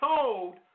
told